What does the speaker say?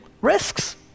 Risks